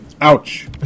Ouch